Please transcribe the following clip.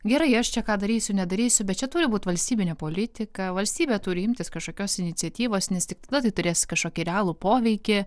gerai aš čia ką darysiu nedarysiu bet čia turi būt valstybinė politika valstybė turi imtis kažkokios iniciatyvos nes tik tada tai turės kažkokį realų poveikį